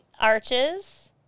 arches